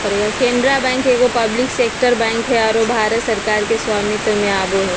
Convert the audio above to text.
Canara bank एगो public sector bank हइ आरो भारत सरकार के स्वामित्व में आवो हइ